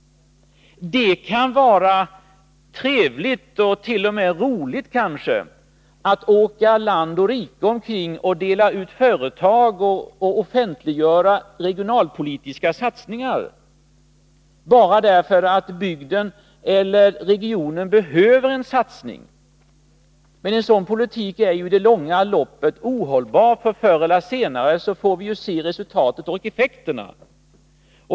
Det kan vara trevligt och kanske t.o.m. roligt att åka land och rike runt och så att säga dela ut företag och offentliggöra regionalpolitiska satsningar bara därför att bygden eller regionen behöver en satsning. Men en sådan politik är i det långa loppet ohållbar, därför att förr eller senare får vi se resultaten och effekterna.